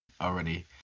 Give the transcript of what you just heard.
already